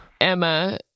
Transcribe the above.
Emma